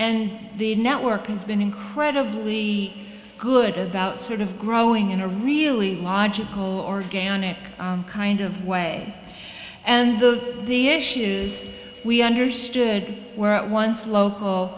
and the network has been incredibly good about sort of growing in a really logical organic kind of way and the the issues we understood were at once local